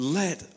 let